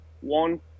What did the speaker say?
one